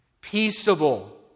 peaceable